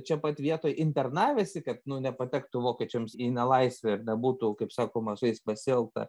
čia pat vietoj internavęsi kad nepatektų vokiečiams į nelaisvę ir nebūtų kaip sakoma su jais pasielgta